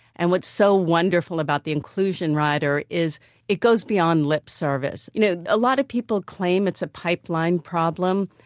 and what's so wonderful about the inclusion rider is it goes beyond lip service. you know, a lot of people claim it's a pipeline problem.